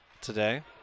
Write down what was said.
today